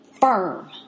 firm